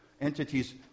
entities